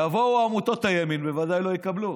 יבואו עמותות הימין, ודאי לא יקבלו,